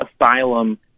asylum